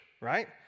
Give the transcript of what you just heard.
right